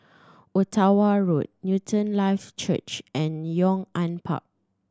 Ottawa Road Newton Life Church and Yong An Park